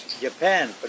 Japan